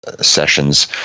sessions